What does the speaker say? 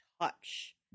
touch